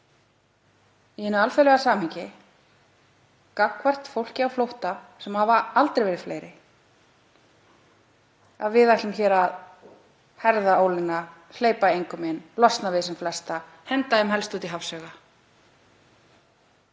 í hinu alþjóðlega samhengi gagnvart fólki á flótta, sem hefur aldrei verið fleira, að við ætlum að herða ólina, hleypa engum inn, losna við sem flesta, henda fólki helst út í hafsauga.